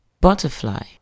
Butterfly